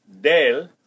del